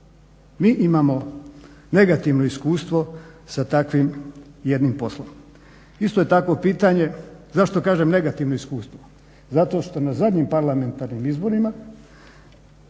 Mi imamo negativno iskustvo sa takvim jednim poslom. Isto je tako pitanje, zašto kažem negativno iskustvo, zato što na zadnjim parlamentarnim izborima